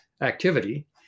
Activity